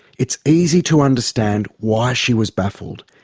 it's easy to understand why she was baffled.